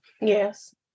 Yes